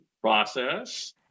process